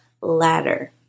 ladder